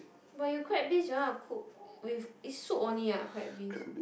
but you crab bisque you want to cook with it's soup only ah crab bisque